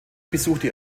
besuchte